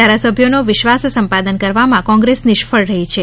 ધારાસભ્યોનો વિશ્વાસ સંપાદન કરવામાં કોંગ્રેસ નિષ્ફળ રહી છે